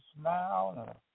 smile